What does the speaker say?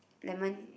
lemon